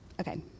Okay